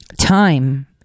time